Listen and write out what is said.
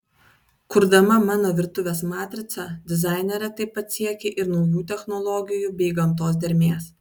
kurdama mano virtuvės matricą dizainerė taip pat siekė ir naujų technologijų bei gamtos dermės